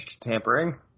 tampering